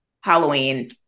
Halloween